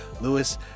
Lewis